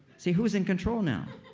see, who is in control now?